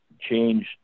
change